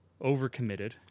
overcommitted